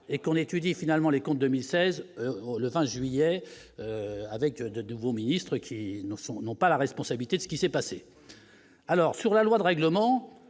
et qu'on étudie finalement les comptes 2016 le 20 juillet avec de nouveaux ministres qui sont non pas la responsabilité de ce qui s'est passé alors sur la loi de règlement,